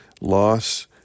loss